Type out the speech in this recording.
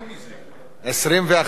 21 חברי כנסת,